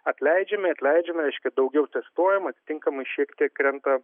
atleidžiami atleidžiama reiškia daugiau testuojama atitinkamai šiek tiek krenta